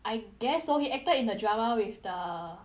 I guess so he acted in a drama with the